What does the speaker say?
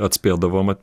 atspėdavo mat